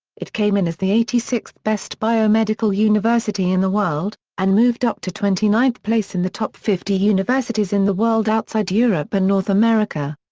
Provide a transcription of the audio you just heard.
it came in as the eighty sixth best biomedical university in the world, and moved up to twenty ninth place in the top fifty universities in the world outside europe and north america.